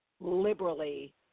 liberally